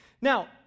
Now